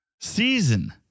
Season